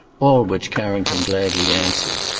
all which carrington gladly answered.